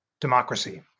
democracy